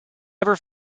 ever